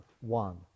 one